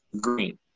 green